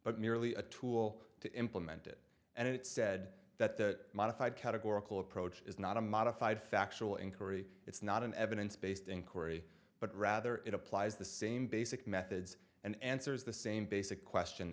but merely a tool to implement it and it said that the modified categorical approach is not a modified factual inquiry it's not an evidence based inquiry but rather it applies the same basic methods and answers the same basic question